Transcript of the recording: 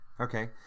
Okay